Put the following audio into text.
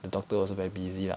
the doctor also very busy lah